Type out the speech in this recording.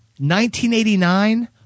1989